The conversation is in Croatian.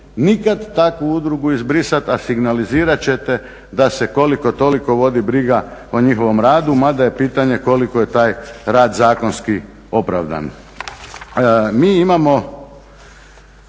nikad takvu udrugu izbrisat a signalizirat ćete da se koliko toliko vodi briga o njihovom radu ma da je pitanje koliko je taj zakonski opravdan.